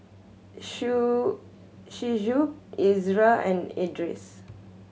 Shu Shuib Izara and Idris